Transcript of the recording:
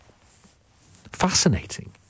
fascinating